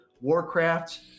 Warcraft